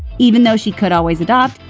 even though she could always adopt,